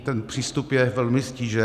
Ten přístup je velmi ztížen.